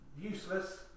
useless